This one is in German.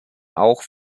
auch